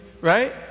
Right